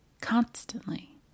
constantly